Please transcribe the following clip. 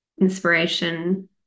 inspiration